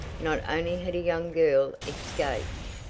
not only had a young girl escaped,